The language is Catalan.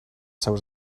seus